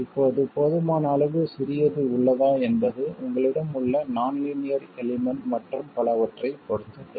இப்போது போதுமான அளவு சிறியது உள்ளதா என்பது உங்களிடம் உள்ள நான் லீனியர் எலிமெண்ட் மற்றும் பலவற்றைப் பொறுத்தது